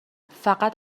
فقط